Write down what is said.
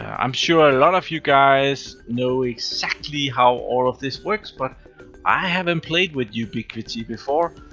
and i'm sure a lot of you guys know exactly how all of this works, but i haven't played with ubiquiti before.